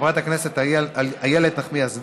חברת הכנסת איילת נחמיאס ורבין,